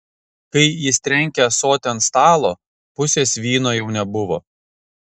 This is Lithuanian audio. kai jis trenkė ąsotį ant stalo pusės vyno jau nebuvo